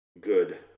good